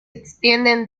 extienden